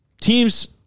teams